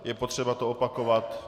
Je potřeba to opakovat?